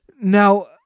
Now